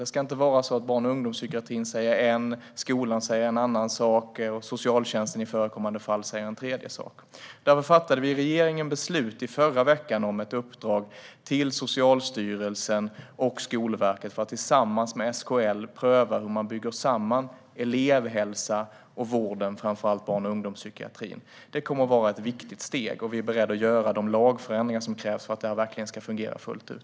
Det ska inte vara så att barn och ungdomspsykiatrin säger en sak, skolan säger en annan sak och socialtjänsten - i förekommande fall - säger en tredje sak. Därför fattade regeringen i förra veckan beslut om ett uppdrag till Socialstyrelsen och Skolverket att tillsammans med SKL pröva hur man bygger samman elevhälsan och vården, framför allt barn och ungdomspsykiatrin. Det kommer att vara ett viktigt steg, och vi är beredda att göra de lagförändringar som krävs för att detta ska fungera fullt ut.